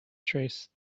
trace